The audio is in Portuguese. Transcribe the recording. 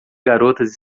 garotas